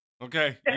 okay